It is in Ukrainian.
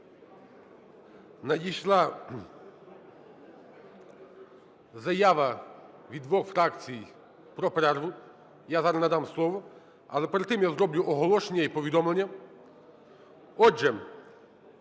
надійшла заява від двох фракцій про перерву, я зараз надам слово. Але перед тим я зроблю оголошення і повідомлення. Отже,